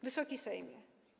Wysoki Sejmie!